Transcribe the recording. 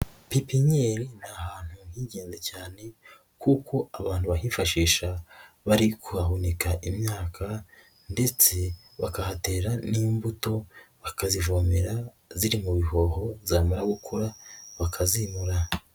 Pipinyeri ni ahantu h'ingenzi cyane kuko abantu bahifashisha bari kuhahumbika imyaka ndetse bakahatera n'imbuto bakazivomera ziri mu bihoho zamara gukura bakazimura.